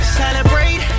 celebrate